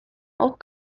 auch